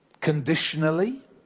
Conditionally